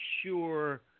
sure